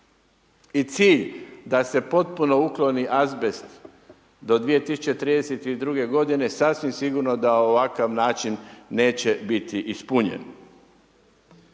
I cilj da se potpuno ukloni azbest do 2032. godine sasvim sigurno da ovakav način neće biti ispunjen.